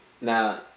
Now